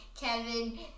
Kevin